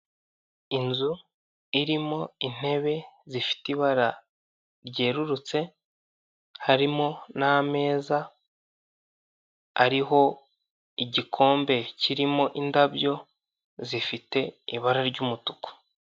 Inzu irimo intebe zifite ibara ryerurutse harimo n'ameza ariho igikombe kirimo indabyo zifite ibara ry'umutuku.